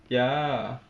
ya